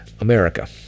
america